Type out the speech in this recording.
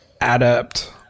adapt